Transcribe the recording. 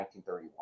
1931